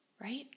Right